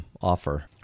offer